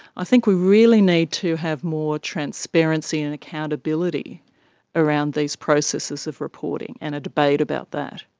i think we really need to have more transparency and accountability around these processes of reporting and a debate about that.